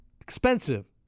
expensive